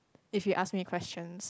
if he ask me questions